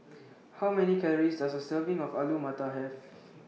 How Many Calories Does A Serving of Alu Matar Have